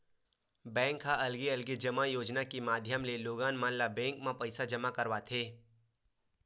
bank ह अलगे अलगे जमा योजना के माधियम ले लोगन मन ल बेंक म पइसा जमा करवाथे